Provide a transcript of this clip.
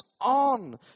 on